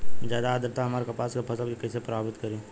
ज्यादा आद्रता हमार कपास के फसल कि कइसे प्रभावित करी?